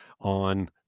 on